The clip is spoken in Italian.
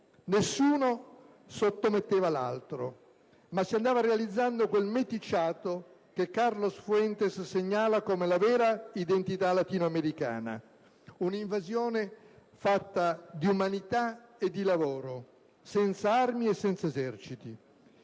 nessuno sottometteva l'altro, ma si andava realizzando quel meticciato che Carlos Fuentes segnala come la vera identità latino-americana. Un'invasione fatta di umanità e di lavoro, senza armi e senza eserciti.